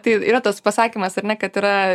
tai yra tas pasakymas ar ne kad yra